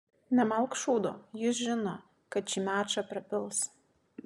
nemalk šūdo jis žino kad šį mačą prapils